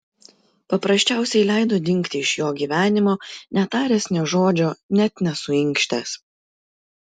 paprasčiausiai leido dingti iš jo gyvenimo netaręs nė žodžio net nesuinkštęs